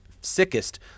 sickest